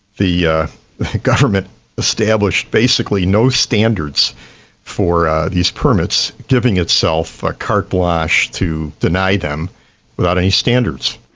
the yeah government established basically no standards for these permits, giving itself ah carte blanche to deny them without any standards.